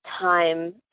time